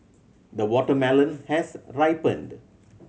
the watermelon has ripened